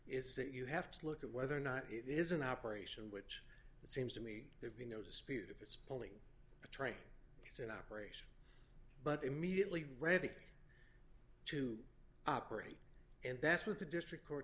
is that you have to look at whether or not it is an operation which seems to me there be no dispute if it's pulling a train it's an operation but immediately ready to operate and that's what the district court